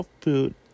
food